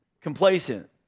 complacent